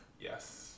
Yes